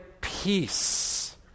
peace